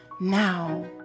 Now